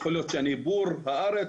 יכול להיות שאני בור הארץ,